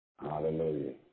Hallelujah